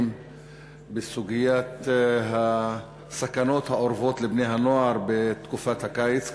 בסוגיית הסכנות האורבות לבני-הנוער בתקופת הקיץ.